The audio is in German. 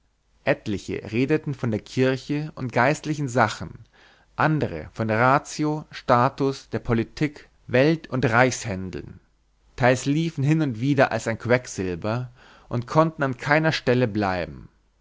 etliche redeten von der kirche und geistlichen sachen andere von ratio status der politik welt und reichshändeln teils liefen hin und wieder als ein quecksilber und konnten an keiner stelle bleiben